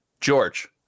George